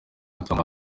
arthur